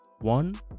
One